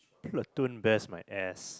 platoon best my ass